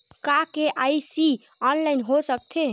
का KYC online हो सकथे?